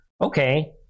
Okay